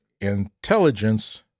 intelligence